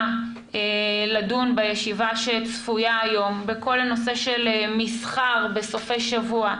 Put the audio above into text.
לדון בישיבה שצפויה היום בכל הנושא של מסחר בסופי שבוע,